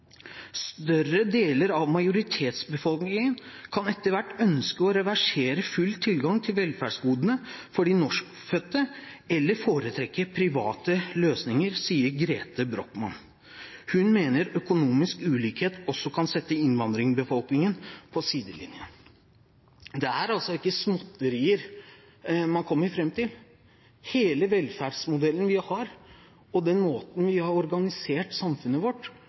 Større deler av majoritetsbefolkningen kan etter hvert ønske å reservere full tilgang til velferdsgodene for de norskfødte, eller foretrekke private løsninger, sier Grete Brochmann. Hun mener økonomisk ulikhet også kan sette innvandrerbefolkningen på sidelinjen.» Det er altså ikke småtterier man kommer fram til. Hele velferdsmodellen vi har, og den måten vi har organisert samfunnet vårt